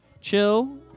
chill